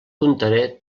contaré